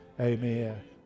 Amen